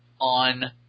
on